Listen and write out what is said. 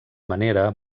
manera